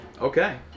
Okay